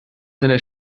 seiner